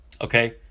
Okay